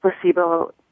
placebo